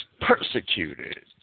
persecuted